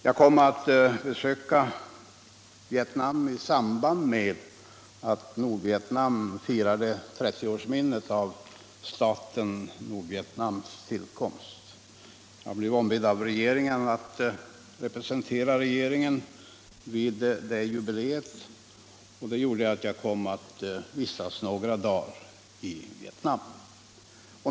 Jag kom att besöka Vietnam i samband med att Nordvietnam firade 30-års minnet av staten Nordvietnams tillkomst. Jag blev ombedd av regeringen att representera den vid det jubileet, och jag kom därför att vistas några dagar i Vietnam.